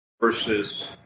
versus